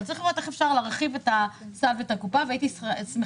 אבל צריך לראות איך אפשר להרחיב את הסל ואת הקופה והייתי שמחה